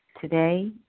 Today